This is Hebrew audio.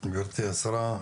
גברתי השרה.